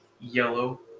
yellow